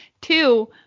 Two